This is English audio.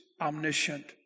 omniscient